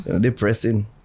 depressing